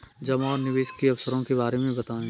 जमा और निवेश के अवसरों के बारे में बताएँ?